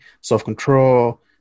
self-control